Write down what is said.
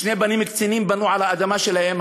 שני בנים קצינים בנו על האדמה שלהם.